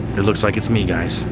it looks like it's me, guys.